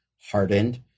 hardened